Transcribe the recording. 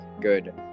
good